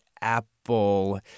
Apple